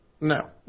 No